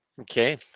Okay